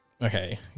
okay